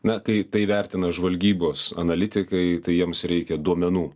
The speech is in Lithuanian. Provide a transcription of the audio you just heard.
na kai tai vertina žvalgybos analitikai tai jiems reikia duomenų